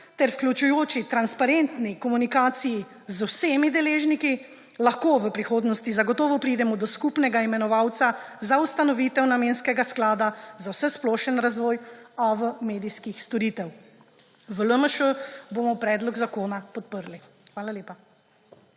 ter vključujoči transparentni komunikaciji z vsemi deležniki, lahko v prihodnosti zagotovo pridemo do skupnega imenovalca za ustanovitev namenskega sklada za vsesplošen razvoj AV medijskih storitev. V LMŠ bomo predlog zakona podprli. Hvala lepa.